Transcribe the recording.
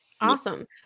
Awesome